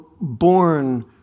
born